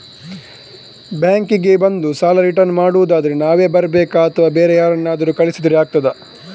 Bank ಗೆ ಬಂದು ಸಾಲ ರಿಟರ್ನ್ ಮಾಡುದಾದ್ರೆ ನಾವೇ ಬರ್ಬೇಕಾ ಅಥವಾ ಬೇರೆ ಯಾರನ್ನಾದ್ರೂ ಕಳಿಸಿದ್ರೆ ಆಗ್ತದಾ?